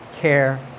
care